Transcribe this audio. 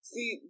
See